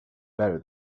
better